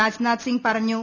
രാജ്നാഥ് സിംഗ് പറഞ്ഞു